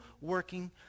working